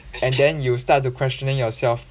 and then you start to questioning yourself